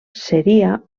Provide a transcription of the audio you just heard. seria